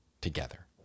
together